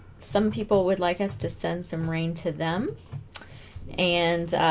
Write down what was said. some people would like us to send some rain to them and